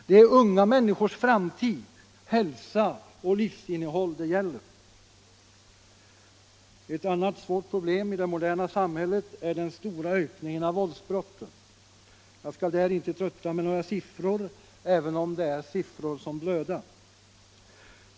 Det är unga människors framtid, hälsa och livsinnehåll det gäller. Ett annat svårt problem i det moderna samhället är den stora ökningen av våldsbrotten. Jag skall där inte trötta med några siffror, även om det är siffror som blöder.